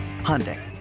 Hyundai